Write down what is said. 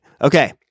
Okay